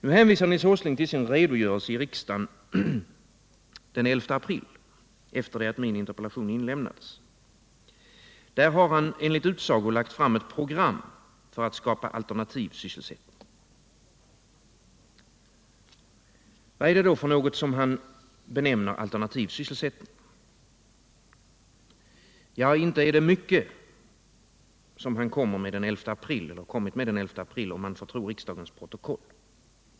Nu hänvisar Nils Åsling till sin redogörelse i riksdagen den 11 april — efter det att min interpellation inlämnats. Där har han, enligt utsago, lagt fram ett program för att skapa alternativ sysselsättning. Vad är det för något han benämner alternativ sysselsättning? Ja, inte var det mycket han kom med den 11 april, om man får tro riksdagens protokoll.